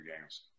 games